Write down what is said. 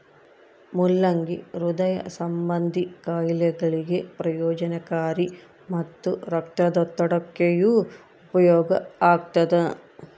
ಮುಲ್ಲಂಗಿ ಹೃದಯ ಸಂಭಂದಿ ಖಾಯಿಲೆಗಳಿಗೆ ಪ್ರಯೋಜನಕಾರಿ ಮತ್ತು ರಕ್ತದೊತ್ತಡಕ್ಕೆಯೂ ಉಪಯೋಗ ಆಗ್ತಾದ